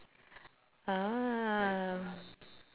ah